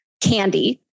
candy